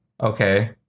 Okay